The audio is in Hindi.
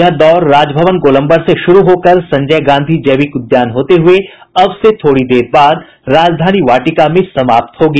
यह दौड़ राजभवन गोलम्बर से शुरू होकर संजय गांधी जैविक उद्यान होते हुये अब से थोड़ी देर बाद राजधानी वाटिका में समाप्त होगी